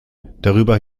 darüber